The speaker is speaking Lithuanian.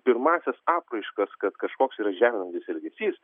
pirmąsias apraiškas kad kažkoks yra žeminantis elgesys